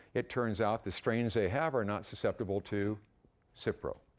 it turns out the strains they have are not susceptible to so cipro.